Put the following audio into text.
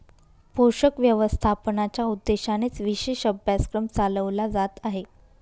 पोषक व्यवस्थापनाच्या उद्देशानेच विशेष अभ्यासक्रम चालवला जात आहे